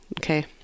Okay